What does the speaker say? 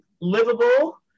livable